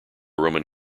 roman